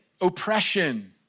oppression